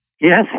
Yes